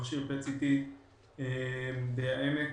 מכשיר ה-PET-CT בבית חולים העמק